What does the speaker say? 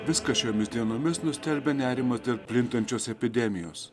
viską šiomis dienomis nustelbia nerimas dėl plintančios epidemijos